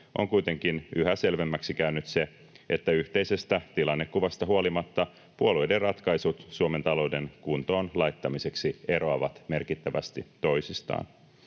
on kuitenkin yhä selvemmäksi käynyt se, että yhteisestä tilannekuvasta huolimatta puolueiden ratkaisut Suomen talouden kuntoon laittamiseksi eroavat merkittävästi toisistaan.